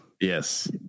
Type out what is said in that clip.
yes